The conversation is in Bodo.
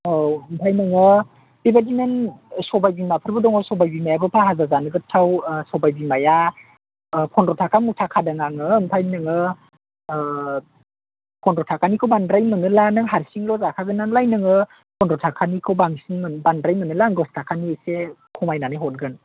औ ओमफ्राय नोङो बेबायदिनो सबाय बिमाफोरबो दङ सबाय बिमायाबो भाजा जानो गोथाव सबाय बिमाया पन्द्र' थाका मुथा खादों आङो ओमफ्राय नोङो ओ पन्द्र' थाकानिखौ बांद्राय मोनोब्ला नों हारसिंल' जाखागोन नालाय नोङो पन्द्र' थाकानिखौ बांसिन बांद्राय मोनोब्ला दस थाकानि एसे खमायनानै हरगोन